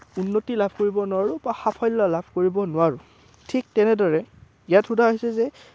উন্নতি লাভ কৰিব নোৱাৰোঁ বা সাফল্য লাভ কৰিব নোৱাৰোঁ ঠিক তেনেদৰে ইয়াত সোধা হৈছে যে